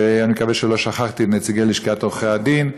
ואני מקווה שלא שכחתי את נציגי לשכת עורכי-הדין,